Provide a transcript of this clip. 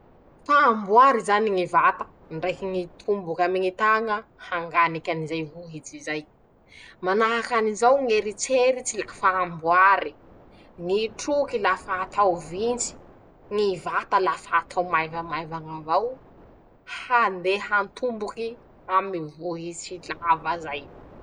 <...>Fa amboary zany ñy vata, ndreky ñy tomboke aminy ñy taña hanganikan' izay vohitsy zay. Manahaka anizao ñ'eritseritse lafa amboary, ñy troky lafa atao vintsy, ñy vata lafa atao maivamaivañ'avao handeha antomboky aminy vohitsy lava zay.